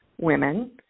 women